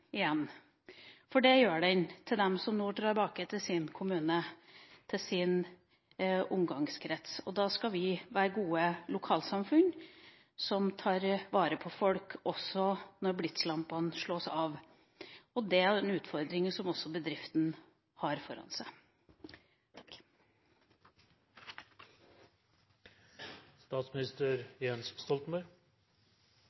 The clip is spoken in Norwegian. igjen, for det gjør den for dem som nå drar tilbake til sin kommune, til sin omgangskrets. Da skal vi være gode lokalsamfunn som tar vare på folk, også når blitslampene slås av. Det er en utfordring som også bedriften har foran seg.